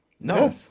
No